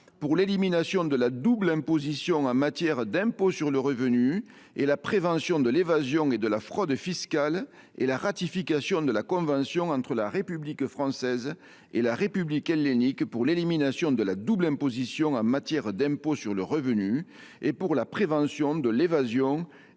pour l’élimination de la double imposition en matière d’impôts sur le revenu et la prévention de l’évasion et de la fraude fiscales et la ratification de la convention entre la République française et la République hellénique pour l’élimination de la double imposition en matière d’impôts sur le revenu et pour la prévention de l’évasion